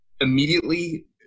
immediately